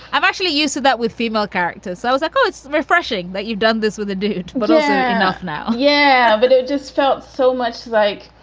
i've actually used that with female characters. so i was like, oh, it's refreshing that you've done this with a dude but yeah enough now. yeah, but it just felt so much like,